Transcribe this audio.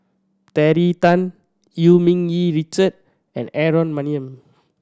Terry Tan Eu Yee Ming Richard and Aaron Maniam